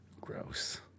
Gross